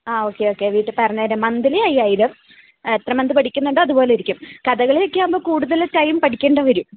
ആ okay okay വീട്ടിൽ പറഞ്ഞേര് മന്ത്ലി അയ്യായിരം എത്ര മന്ത് പഠിക്കുന്നുണ്ടോ അതുപോലെ ഇരിക്കും കഥകളിയൊക്കെ ആവുമ്പോൾ കൂടുതൽ ടൈം പഠിക്കേണ്ടി വരും